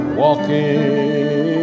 walking